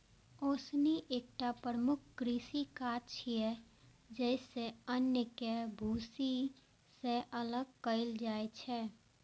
ओसौनी एकटा प्रमुख कृषि काज छियै, जइसे अन्न कें भूसी सं अलग कैल जाइ छै